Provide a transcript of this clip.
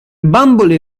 bambole